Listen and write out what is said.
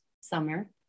summer